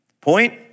Point